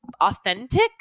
authentic